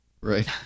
Right